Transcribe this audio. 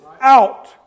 out